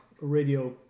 radio